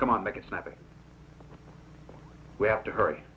come on like it's not that we have to hurry